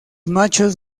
machos